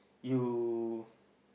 you